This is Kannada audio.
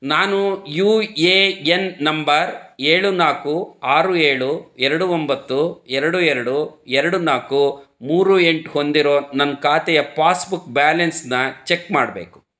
ನಾನು ಯು ಎ ಎನ್ ನಂಬರ್ ಏಳು ನಾಲ್ಕು ಆರು ಏಳು ಎರಡು ಒಂಬತ್ತು ಎರಡು ಎರಡು ಎರಡು ನಾಲ್ಕು ಮೂರು ಎಂಟು ಹೊಂದಿರೋ ನನ್ನ ಖಾತೆಯ ಪಾಸ್ಬುಕ್ ಬ್ಯಾಲೆನ್ಸನ್ನ ಚೆಕ್ ಮಾಡಬೇಕು